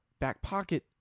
Backpocket